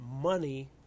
money